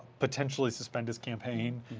potentially suspend his campaign,